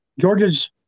Georgia's